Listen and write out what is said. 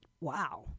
Wow